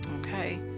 okay